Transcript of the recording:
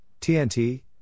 TNT